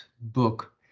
book